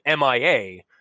MIA